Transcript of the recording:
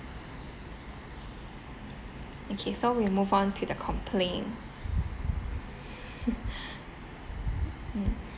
okay so we move on to the complaint mm